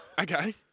Okay